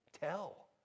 Tell